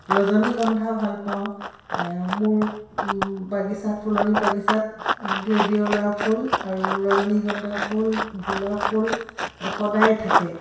ৰজনীগন্ধা ভাল পাওঁ মোৰ বাগিচাত ফুলনি বাগিচাত গ্লেডিঅলা ফুল আৰু ৰজনীগন্ধা ফুল গোলাপ ফুল সদায়ে থাকে